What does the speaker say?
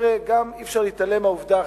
אי-אפשר להתעלם מהעובדה,